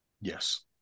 Yes